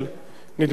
נדמה לי שכן.